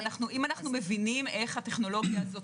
אבל אם אנחנו מבינים איך הטכנולוגיה הזאת